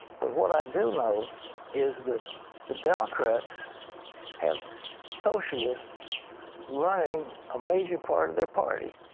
but what i do know is that the democrats have socialists running a major part of their party.